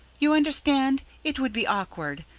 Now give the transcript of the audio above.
you understand, it would be awkward,